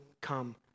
come